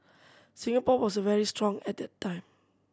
Singapore was very strong at that time